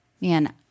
man